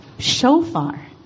shofar